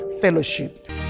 fellowship